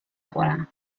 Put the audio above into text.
خورم